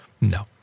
no